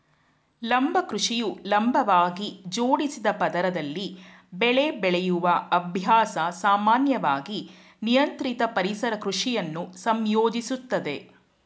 ಲಂಬ ಕೃಷಿಯು ಲಂಬವಾಗಿ ಜೋಡಿಸಿದ ಪದರದಲ್ಲಿ ಬೆಳೆ ಬೆಳೆಯುವ ಅಭ್ಯಾಸ ಸಾಮಾನ್ಯವಾಗಿ ನಿಯಂತ್ರಿತ ಪರಿಸರ ಕೃಷಿಯನ್ನು ಸಂಯೋಜಿಸುತ್ತದೆ